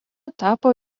tapo